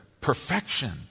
perfection